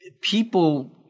people